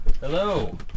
Hello